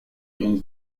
une